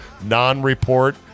non-report